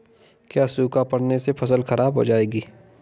क्या सूखा पड़ने से फसल खराब हो जाएगी?